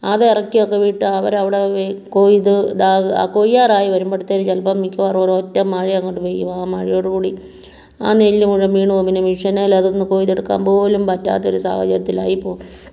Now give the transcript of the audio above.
അതിറക്കിയൊക്കെ വിട്ട് അവരവിടെ കൊയ്ത് ഇതാ കൊയ്യാറായി വരുമ്പോഴത്തേലും ചിലപ്പോൾ മിക്കവാറും ഒരൊറ്റ മഴയങ്ങോട്ട് പെയ്യും ആ മഴയോടുകൂടി ആ നെല്ല് മുഴുവൻ വീണുപോകും പിന്നെ മെഷീനിൽ അതൊന്ന് കൊയ്തെടുക്കാൻ പോലും പറ്റാത്ത ഒരു സാഹചര്യത്തിലായിപ്പോകും